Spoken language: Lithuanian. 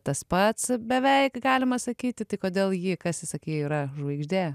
tas pats beveik galima sakyti tai kodėl ji kas ji sakei yra žvaigždė